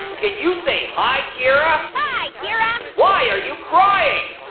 and can you say hi keira? hi keira. why are you crying?